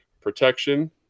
protection